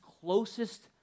closest